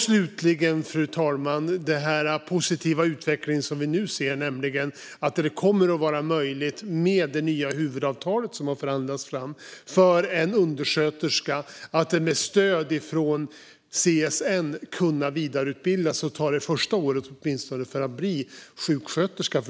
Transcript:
Slutligen, fru talman, har vi den positiva utvecklingen i form av det nya huvudavtalet som gör det möjligt för en undersköterska att med stöd från CSN vidareutbilda sig - åtminstone ta det första året - till sjuksköterska.